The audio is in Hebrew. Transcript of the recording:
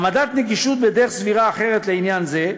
העמדת נגישות בדרך סבירה אחרת לעניין זה,